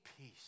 peace